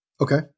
Okay